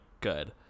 good